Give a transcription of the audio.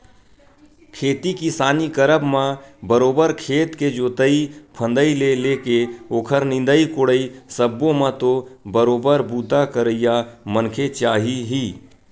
खेती किसानी करब म बरोबर खेत के जोंतई फंदई ले लेके ओखर निंदई कोड़ई सब्बो म तो बरोबर बूता करइया मनखे चाही ही